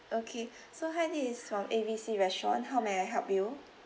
okay so hi this is from A B C restaurant how may I help you